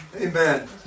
Amen